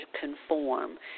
conform